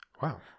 Wow